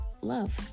love